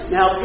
Now